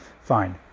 Fine